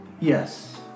Yes